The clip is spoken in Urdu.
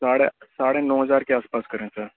ساڑھے ساڑھے نو ہزار کے آس پاس کریں سر